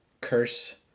Curse